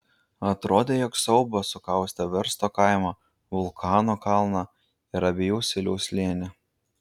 atrodė jog siaubas sukaustė versto kaimą vulkano kalną ir abiejų silių slėnį